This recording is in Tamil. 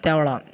தேவைலாம்